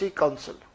council